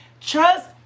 Trust